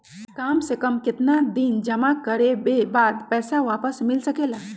काम से कम केतना दिन जमा करें बे बाद पैसा वापस मिल सकेला?